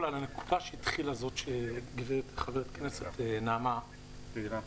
על מה שחברת הכנסת תהלה דיברה עליו.